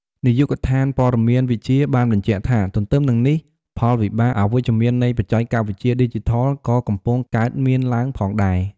នាយកដ្ឋានព័ត៌មានវិទ្យា បានបញ្ជាក់ថា ទន្ទឹមនឹងនេះ ផលវិបាកអវិជ្ជមាន នៃ បច្ចេកវិទ្យាឌីជីថល ក៏កំពុងកើតមានឡើងផងដែរ។